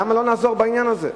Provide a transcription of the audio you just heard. למה לא נעזור בעניין הזה?